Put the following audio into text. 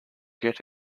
get